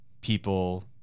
people